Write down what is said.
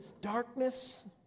darkness